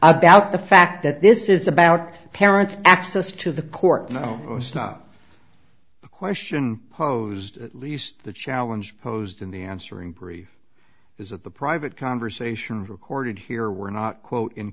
about the fact that this is about parent access to the court no it's not the question posed at least the challenge posed in the answer in brief is that the private conversations recorded here were not quote in